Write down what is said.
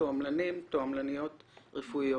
'תועמלנים/תועמלניות רפואיות'.